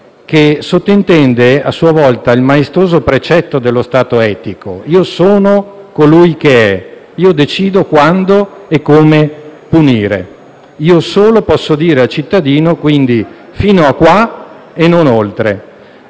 che sottintende, a sua volta, il maestoso precetto dello Stato etico: «Io sono colui che è», «Io decido quando e come punire», «Io solo posso dire al cittadino: fino qui e non oltre».